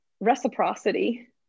reciprocity